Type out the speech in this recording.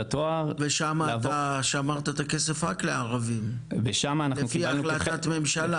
התואר לבוא --- ושם אתה נתת כסף רק לערבים לפי החלטת ממשלה.